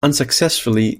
unsuccessfully